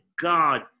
god